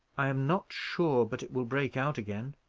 i am not sure but it will break out again.